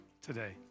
today